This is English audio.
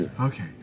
Okay